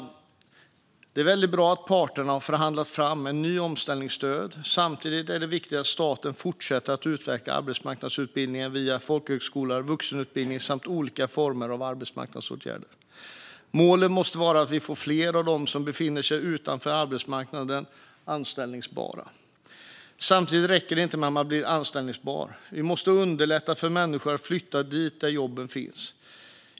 Det är väldigt bra att parterna har förhandlat fram ett nytt omställningsstudiestöd. Samtidigt är det viktigt att staten fortsätter att utveckla arbetsmarknadsutbildningarna via folkhögskolor och vuxenutbildning samt olika former av arbetsmarknadsåtgärder. Målet måste vara att få fler av dem som befinner sig utanför arbetsmarknaden anställbara. Samtidigt räcker det inte med att man blir anställbar. Vi måste underlätta för människor att flytta dit där jobben finns.